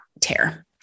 tear